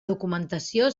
documentació